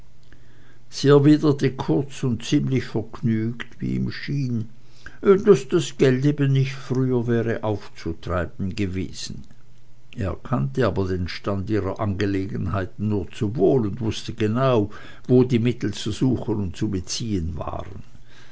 sie erwiderte kurz und ziemlich vergnügt wie ihm schien daß das geld eben nicht früher wäre aufzutreiben gewesen er kannte aber den stand ihrer angelegenheiten nur zu wohl und wußte genau wo die mittel zu suchen und zu beziehen waren